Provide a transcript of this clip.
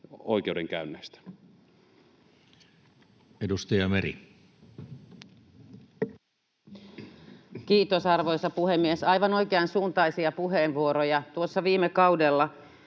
Time: 14:08 Content: Kiitos, arvoisa puhemies! Aivan oikeansuuntaisia puheenvuoroja. Tuossa viime kaudella